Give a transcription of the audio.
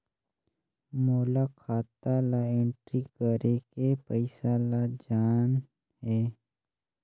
मोला खाता ला एंट्री करेके पइसा ला जान हे?